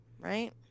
right